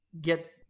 get